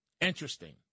Interesting